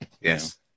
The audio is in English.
Yes